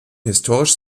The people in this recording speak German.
historisch